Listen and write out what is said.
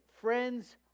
friends